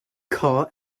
car